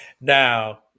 Now